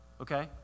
Okay